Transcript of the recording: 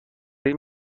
این